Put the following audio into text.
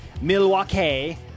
Milwaukee